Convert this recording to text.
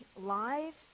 lives